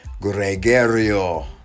Gregorio